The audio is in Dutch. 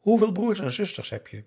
hoeveel broers en zusters heb je